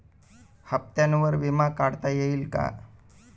हप्त्यांवर विमा काढता येईल का?